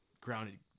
grounded